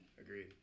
Agreed